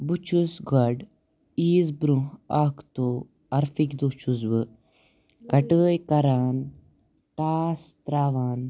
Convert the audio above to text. بہٕ چھُس گۄڈ عیٖذ برٛونٛہہ اَکھ دۄہ عَرفٕکۍ دۄہ چھُس بہٕ کَٹٲے کَران ٹاس ترٛاوان